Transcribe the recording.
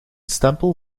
stempel